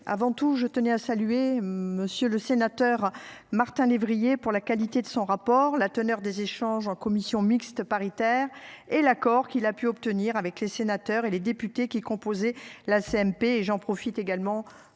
avant tout, je tenais à saluer monsieur le sénateur Martin lévrier pour la qualité de son rapport la teneur des échanges en commission mixte paritaire et l'accord qu'il a pu obtenir avec les sénateurs et les députés qui composé la CMP et j'en profite également